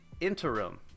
interim